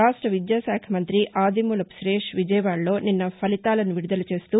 రాష్ట విద్యాకాఖ మంతి ఆదిమూలపు సురేష్ విజయవాడలో నిన్న ఫలితాలను విడుదల చేస్తూ